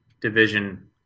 division